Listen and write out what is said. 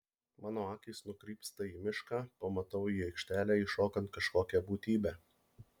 mano akys nukrypsta į mišką pamatau į aikštelę įšokant kažkokią būtybę